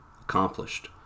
accomplished